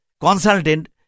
consultant